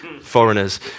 foreigners